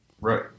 Right